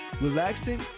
relaxing